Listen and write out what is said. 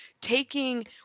Taking